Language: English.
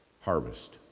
harvest